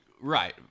right